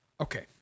Okay